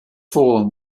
fallen